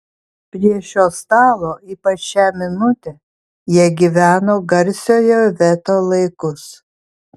prie šio stalo ypač šią minutę jie gyveno garsiojo veto laikus